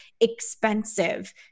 expensive